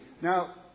now